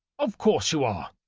of course you are!